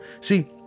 See